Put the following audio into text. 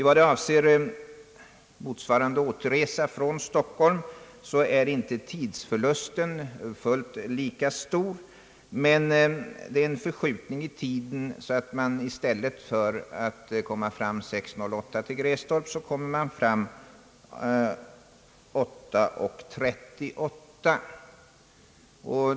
Vid återresan från Stockholm är tidsförlusten inte fullt lika stor, men det är en förskjutning i tiden så att man i stället för att komma fram kl. 6.08 till Grästorp kommer man fram kl. 8.38.